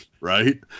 Right